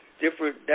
different